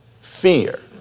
fear